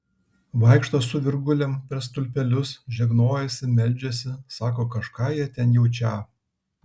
vaikšto su virgulėm per stulpelius žegnojasi meldžiasi sako kažką jie ten jaučią